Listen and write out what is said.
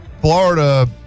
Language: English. Florida